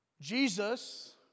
Jesus